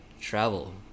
travel